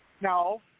no